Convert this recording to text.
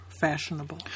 fashionable